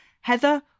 Heather